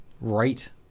right